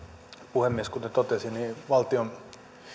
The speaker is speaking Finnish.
puhemies kuten totesin valtion